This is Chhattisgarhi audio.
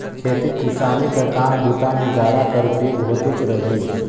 खेती किसानी कर काम बूता मे गाड़ा कर उपयोग होतेच रहिस